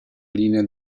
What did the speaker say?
linea